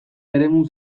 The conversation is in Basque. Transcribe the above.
eremu